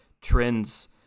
trends